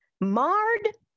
Marred